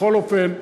בכל אופן,